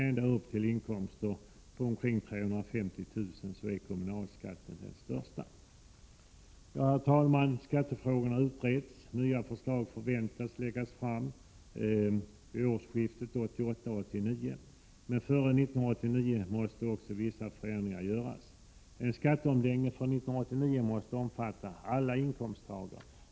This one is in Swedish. Ända upp till inkomster på omkring 350 000 kronor är kommunalskatten den största biten. Herr talman! Skattefrågorna utreds, nya förslag förväntas läggas fram vid årsskiftet 1988-89. Men före 1989 måste också vissa förändringar göras. En skatteomläggning för 1989 måste omfatta alla inkomsttagare.